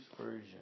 Version